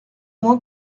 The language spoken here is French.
moins